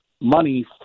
money